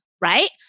right